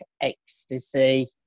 ecstasy